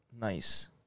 Nice